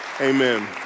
Amen